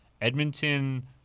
Edmonton